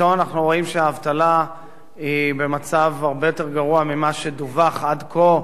פתאום אנחנו רואים שהאבטלה היא במצב הרבה יותר גרוע ממה שדווח עד כה,